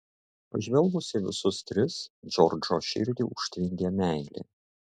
pažvelgus į visus tris džordžo širdį užtvindė meilė